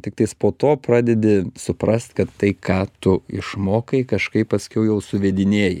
tiktais po to pradedi suprast kad tai ką tu išmokai kažkaip paskiau jau suvedinėji